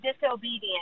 disobedient